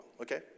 okay